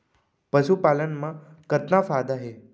पशुपालन मा कतना फायदा हे?